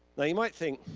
now you might think,